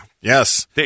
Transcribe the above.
Yes